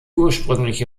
ursprüngliche